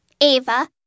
Ava